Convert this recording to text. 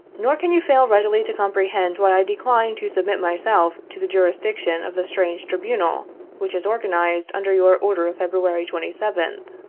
nor can you fail readily to comprehend why i decline to submit myself to the jurisdiction of the strange tribunal which is organized under your order of february twenty seventh.